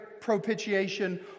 propitiation